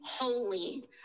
holy